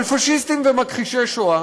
אבל פאשיסטים ומכחישי שואה